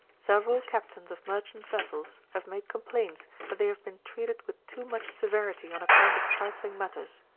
several captains of merchant vessels have made complaints that they have been treated with too much severity on account of trifling matters.